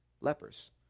lepers